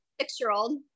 six-year-old